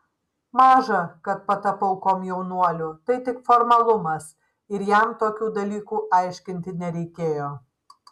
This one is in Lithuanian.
maža kad patapau komjaunuoliu tai tik formalumas ir jam tokių dalykų aiškinti nereikėjo